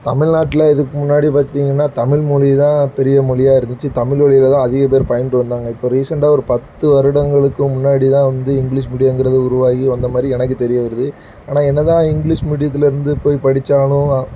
தமிழ்நாட்டுல இதுக்கு முன்னாடி பார்த்தீங்கனா தமிழ் மொழி தான் பெரிய மொழியா இருந்துச்சு தமிழ் வழியில் தான் அதிகம் பேர் பயின்று வந்தாங்க இப்போது ரீசண்டாக ஒரு பத்து வருடங்களுக்கு முன்னாடி தான் வந்து இங்கிலீஷ் மீடியம்ங்கிறது உருவாகி வந்த மாதிரி எனக்கு தெரிய வருது ஆனால் என்ன தான் இங்கிலீஷ் மீடியத்துலேருந்து போய் படித்தாலும்